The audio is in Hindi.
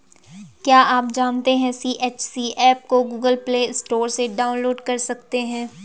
क्या आप जानते है सी.एच.सी एप को गूगल प्ले स्टोर से डाउनलोड कर सकते है?